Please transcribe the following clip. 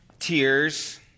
Tears